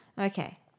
Okay